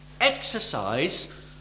exercise